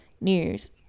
news